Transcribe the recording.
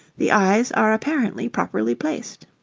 the eyes are apparently properly placed.